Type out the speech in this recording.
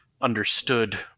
understood